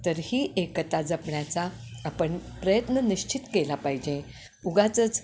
तर ही एकता जपण्याचा आपण प्रयत्न निश्चित केला पाहिजे उगाचंच